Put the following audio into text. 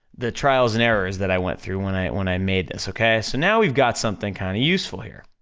the trials and errors that i went through when i when i made this, okay? so now we've got something kinda kind of useful here.